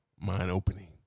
mind-opening